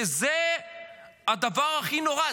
זה הדבר הכי נורא.